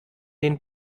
den